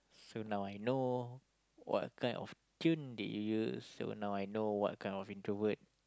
so now I know what kind of tune did you use so now I know what kind of introvert